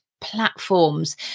platforms